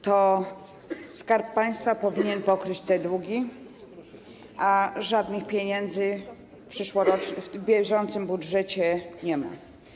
To Skarb Państwa powinien pokryć te długi, a żadnych pieniędzy w bieżącym budżecie nie ma.